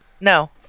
No